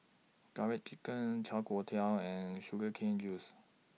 Garlic Chicken Chai Tow Kuay and Sugar Cane Juice